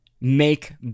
make